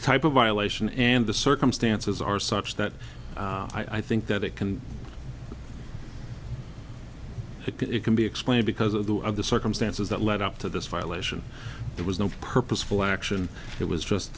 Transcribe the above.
type of violation and the circumstances are such that i think that it can it can be explained because of the of the circumstances that led up to this violation there was no purposeful action it was just